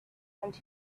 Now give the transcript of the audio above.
and